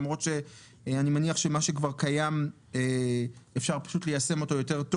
למרות שאני מניח שמה שכבר קיים אפשר פשוט ליישם אותו טוב יותר,